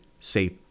Safe